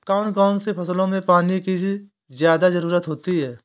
कौन कौन सी फसलों में पानी की ज्यादा ज़रुरत होती है?